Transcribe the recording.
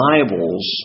Bibles